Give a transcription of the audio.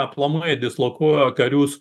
aplamai dislokuoja karius